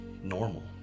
normal